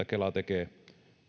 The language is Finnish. kela tekee